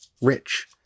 rich